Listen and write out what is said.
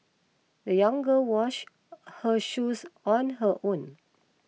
the young girl wash her shoes on her own